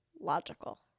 logical